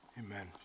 Amen